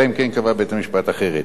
אלא אם כן קבע בית-המשפט אחרת.